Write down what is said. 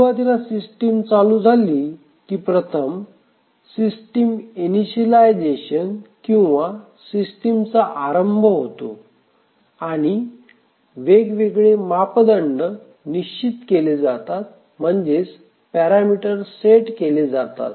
सुरुवातीला सिस्टीम चालू झाली की प्रथम सिस्टीम इनिशियलायझेशन किंवा सिस्टीम आरंभ होतो आणि वेगवेगळे मापदंड निश्चित केले जातात म्हणजेच पॅरामीटर्स सेट केले जातात